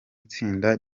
itsinda